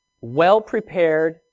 well-prepared